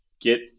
get